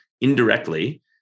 indirectly